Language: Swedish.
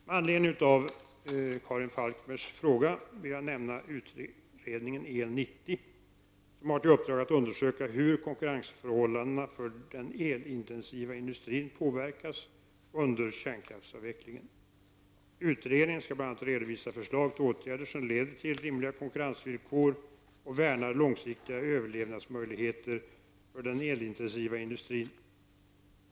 Med anledning av Karin Falkmers fråga vill jag nämna utredningen EL 90 som har till uppdrag att undersöka hur konkurrensförhållandena för den elintensiva industrin påverkas under kärnkraftsavvecklingen. Utredningen skall bl.a. redovisa förslag till åtgärder som leder till rimliga konkurrensvillkor och värnar långsiktiga överlevnadsmöjligheter för den elintensiva industrin.